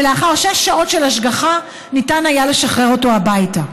ולאחר שש שעות של השגחה ניתן היה לשחרר אותו הביתה.